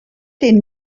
den